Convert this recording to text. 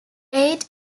eight